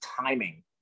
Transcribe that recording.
timing